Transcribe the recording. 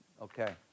okay